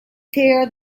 tear